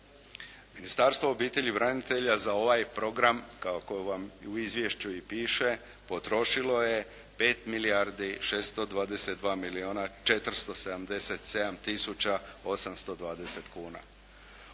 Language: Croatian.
Ministarstvo obitelji, branitelja za ovaj je program kako vam u izvješću i piše potrošilo je 5 milijardi 622 milijuna 477 tisuća 820 kuna,